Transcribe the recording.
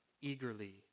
eagerly